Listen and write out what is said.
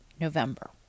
November